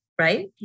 right